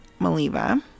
Maliva